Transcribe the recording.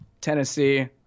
Tennessee